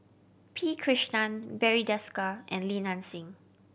P Krishnan Barry Desker and Li Nanxing